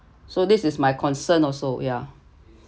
so this is my concern also ya